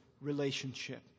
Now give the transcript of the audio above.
relationship